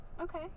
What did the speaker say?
Okay